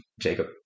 Jacob